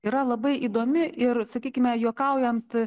yra labai įdomi ir sakykime juokaujant